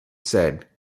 said